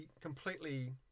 completely